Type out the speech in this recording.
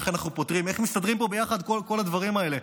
איך מסתדרים פה ביחד כל הדברים האלה,